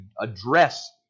address